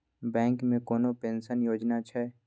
Bank मे कोनो pension योजना छै?